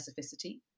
specificity